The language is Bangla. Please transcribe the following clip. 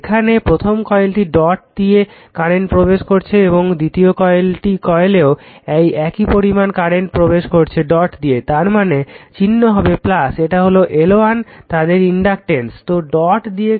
এখানে প্রথম কয়েলে ডট দিয়ে কারেন্ট প্রবেশ করছে দ্বিতীয় কয়েলেও একই পরিমাণ কারেন্ট প্রবেশ করছে ডট দিয়ে তারমানে চিহ্ন হবে এটা হলো L1 তাদের ইনডকটেন্স